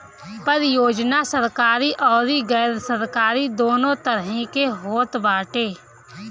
परियोजना सरकारी अउरी गैर सरकारी दूनो तरही के होत बाटे